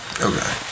Okay